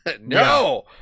no